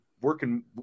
working